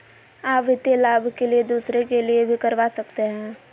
आ वित्तीय लाभ के लिए दूसरे के लिए भी करवा सकते हैं?